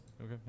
Okay